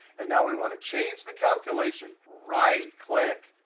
and now we want to change the calculation, right click.